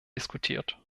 diskutiert